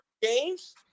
games